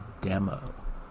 demo